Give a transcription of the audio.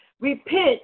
repent